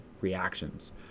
reactions